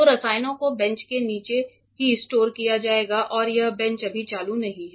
तो रसायनों को बेंच के नीचे ही स्टोर किया जाएगा और यह बेंच अभी चालू नहीं है